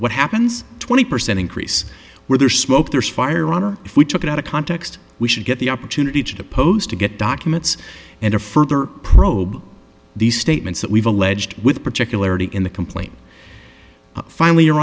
what happens twenty percent increase where there's smoke there's fire on or if we took it out of context we should get the opportunity to post to get documents and a further probe these statements that we've alleged with particularly in the complaint finally